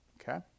okay